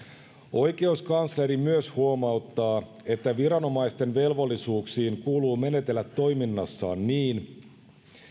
oikeuskansleri myös huomauttaa että viranomaisten velvollisuuksiin kuuluu menetellä toiminnassaan niin